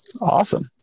Awesome